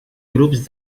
grups